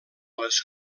les